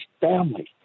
family